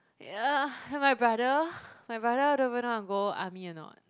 yah my brother my brother don't even know wanna go army a not